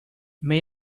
may